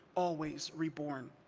always reborn.